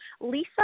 Lisa